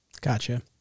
Gotcha